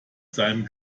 seinem